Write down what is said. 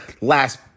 Last